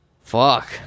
Fuck